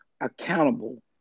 accountable